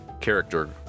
character